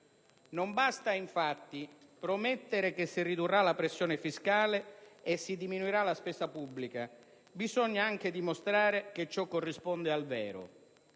Non basta, infatti, promettere che si ridurrà la pressione fiscale e si diminuirà la spesa pubblica: bisogna anche dimostrare che ciò corrisponde al vero.